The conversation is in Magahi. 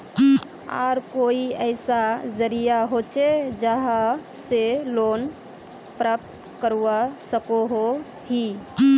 आर कोई ऐसा जरिया होचे जहा से लोन प्राप्त करवा सकोहो ही?